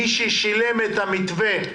מי ששילם את המתווה,